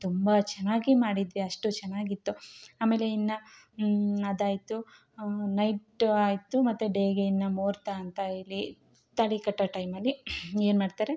ತುಂಬ ಚೆನ್ನಾಗಿ ಮಾಡಿದ್ವಿ ಅಷ್ಟು ಚೆನ್ನಾಗಿತ್ತು ಆಮೇಲೆ ಇನ್ನು ಅದಾಯಿತು ನೈಟ್ ಆಯಿತು ಮತ್ತು ಡೇಗೆ ಇನ್ನು ಮುಹೂರ್ತ ಅಂತ ಹೇಳಿ ತಾಳಿ ಕಟ್ಟೋ ಟೈಮಲ್ಲಿ ಏನುಮಾಡ್ತಾರೆ